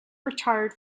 retired